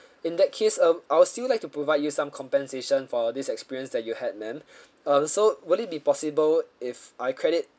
in that case uh I'll still like to provide you some compensation for this experience that you had ma'am uh so would it be possible if I credit